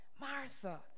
Martha